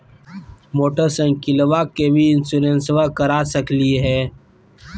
मोटरसाइकिलबा के भी इंसोरेंसबा करा सकलीय है?